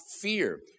fear